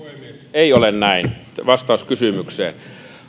ei ole näin vastaus kysymykseen